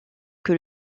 que